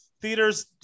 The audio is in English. theater's